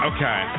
Okay